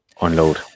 unload